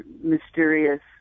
mysterious